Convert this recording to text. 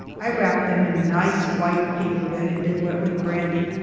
i wrapped them in nice white paper that had been wet with brandy,